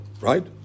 right